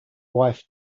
wife